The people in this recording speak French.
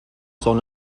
son